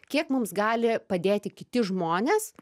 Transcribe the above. kiek mums gali padėti kiti žmonės